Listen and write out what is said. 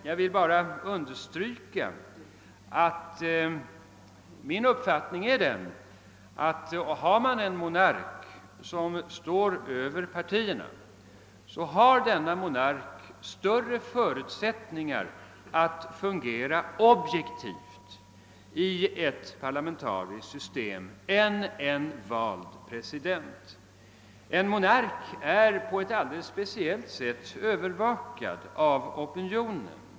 Jag vill bara understryka att min uppfattning är den, att en monark som står över partierna har större förutsättningar att fungera objektivt i ett parlamentariskt system än en vald president. En monark är på ett alldeles speciellt sätt övervakad av opinionen.